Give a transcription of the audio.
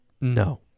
No